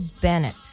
Bennett